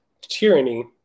tyranny